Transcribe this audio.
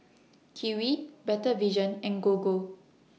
Kiwi Better Vision and Gogo